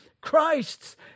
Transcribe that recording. Christ's